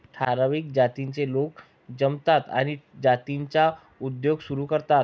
ठराविक जातीचे लोक जमतात आणि जातीचा उद्योग सुरू करतात